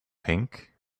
pink